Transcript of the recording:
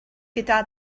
gyda